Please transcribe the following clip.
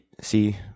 see